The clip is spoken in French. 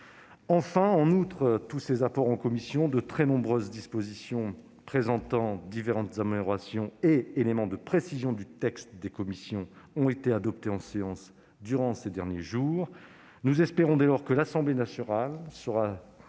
Enfin, outre tous ces apports en commission, de très nombreuses dispositions comportant différentes améliorations et des éléments de précision du texte des commissions ont été adoptées en séance durant ces derniers jours. Nous espérons dès lors que l'Assemblée nationale saura